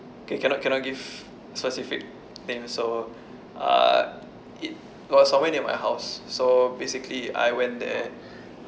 okay cannot cannot give specific name so uh it was somewhere near my house so basically I went there